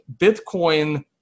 Bitcoin